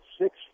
six